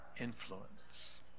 influence